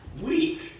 weak